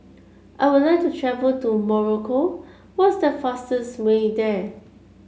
I would like to travel to Morocco what is the fastest way there